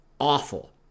Awful